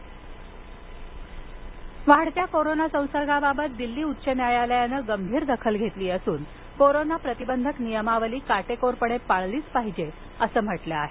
याचिका वाढत्या कोरोना संसर्गाबाबत दिल्ली उच्च न्यायालयानं गंभीर दाखल घेतली असून कोरोना प्रतिबंधक नियमावली काटेकोरपणे पाळली पाहिजे असं म्हटलं आहे